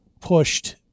pushed